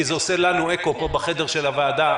כי זה עושה לנו אקו פה בחדר של הוועדה.